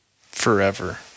Forever